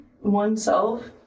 oneself